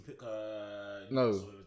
no